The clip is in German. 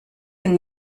den